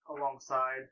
alongside